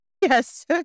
Yes